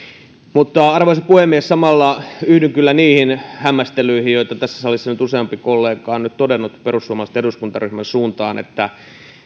mutta arvoisa puhemies samalla yhdyn kyllä niihin hämmästelyihin joita tässä salissa nyt useampi kollega on todennut perussuomalaisten eduskuntaryhmän suuntaan